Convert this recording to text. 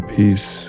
peace